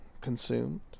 consumed